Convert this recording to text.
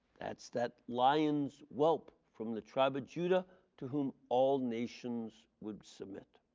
that is that lion's whelp from the tribe of judah to whom all nations would submit.